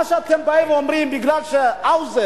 מה שאתם באים ואומרים: בגלל שהאוזר,